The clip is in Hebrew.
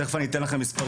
תכף אני אתן לכם מספרים.